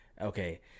Okay